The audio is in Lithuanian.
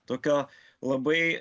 tokio labai